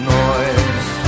noise